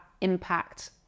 impact